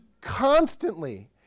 constantly